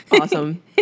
Awesome